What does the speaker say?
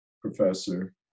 professor